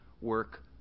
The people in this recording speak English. work